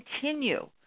continue